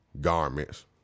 garments